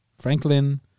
Franklin